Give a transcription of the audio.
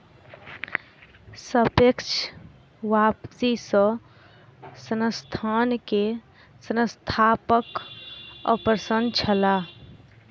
सापेक्ष वापसी सॅ संस्थान के संस्थापक अप्रसन्न छलाह